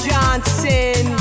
Johnson